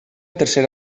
tercera